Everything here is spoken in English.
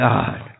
God